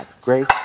Great